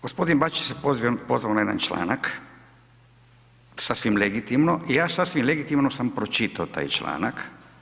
Gospodin Bačić se pozvao na jedan članak, sasvim legitimno i ja sasvim legitimno sam pročitao taj članak.